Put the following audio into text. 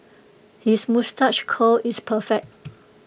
his moustache curl is perfect